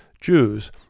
jews